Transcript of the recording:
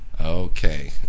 Okay